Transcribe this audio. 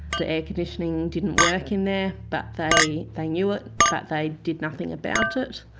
the air conditioning didn't work in there but they they knew it, but they did nothing about it.